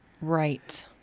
right